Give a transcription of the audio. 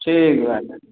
ठीक बात